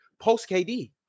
post-KD